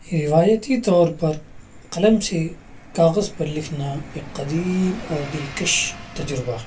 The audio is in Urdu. روایتی طور پر قلم سے کاغذ پر لکھنا ایک قدیم اور دلکش تجربہ ہے